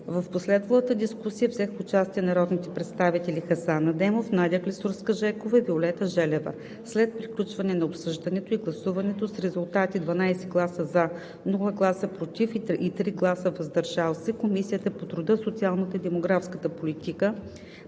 В последвалата дискусия взеха участие народните представител Хасан Адемов, Надя Клисурска-Жекова и Виолета Желева. След приключване на обсъждането и гласуване с резултати: 12 гласа „за“, без „против“ и 3 гласа „въздържал се“, Комисията по труда, социалната и демографската политика